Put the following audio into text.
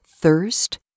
thirst